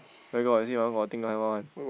where got see my one got thing